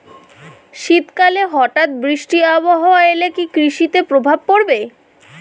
শীত কালে হঠাৎ বৃষ্টি আবহাওয়া এলে কি কৃষি তে প্রভাব পড়বে?